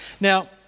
Now